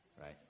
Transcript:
Right